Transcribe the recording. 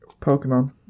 Pokemon